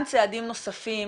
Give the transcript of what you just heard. צעדים נוספים